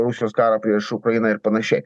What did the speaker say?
rusijos karą prieš ukrainą ir panašiai